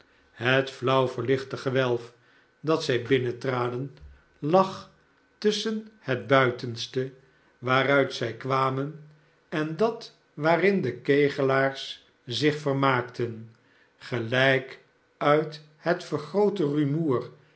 het flauw verlichte gewelf dat zij binnentraden lag tusschen het buitenste waaruit zij kwamen en dat waarin de kegelaars zich vermaakten gelijk uit het vergroote rumoer